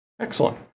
Excellent